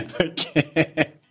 Okay